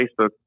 facebook